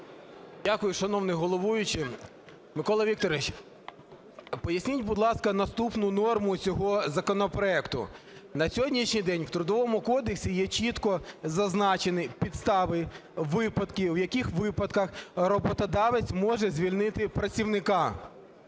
Дякую, шановний головуючий. Микола Вікторович, поясніть, будь ласка, наступну норму цього законопроекту. На сьогоднішній день в Трудовому кодексі є чітко зазначені підстави випадків, у яких випадках роботодавець може звільнити працівника.